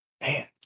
Man